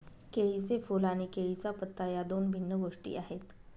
केळीचे फूल आणि केळीचा पत्ता या दोन भिन्न गोष्टी आहेत